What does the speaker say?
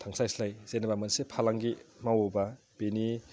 थांस्लायस्लाय जेनेबा मोनसे फालांगि मावोबा बिनि